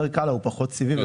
יותר קל לה, הוא פחות סיבי.